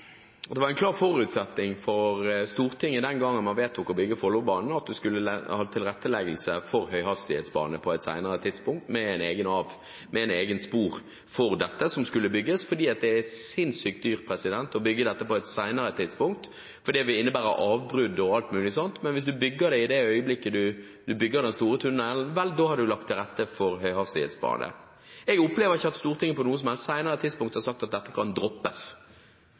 at det var en klar forutsetning for Stortinget den gang man vedtok å bygge Follobanen, at man skulle ha tilretteleggelse for høyhastighetsbane på et senere tidspunkt, med et eget spor for dette, som skulle bygges, fordi det er sinnsykt dyrt å bygge dette på et senere tidspunkt. Det vil innebære avbrudd og alt mulig sånt. Men hvis man bygger det i det øyeblikket man bygger den store tunnelen, har man lagt til rette for høyhastighetsbane. Jeg opplever ikke at Stortinget på noe som helst senere tidspunkt har sagt at dette kan droppes.